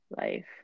life